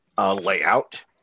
layout